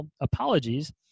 apologies